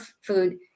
food